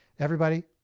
everybody,